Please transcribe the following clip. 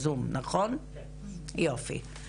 יופי.